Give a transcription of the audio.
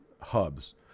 hubs